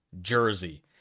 jersey